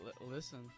Listen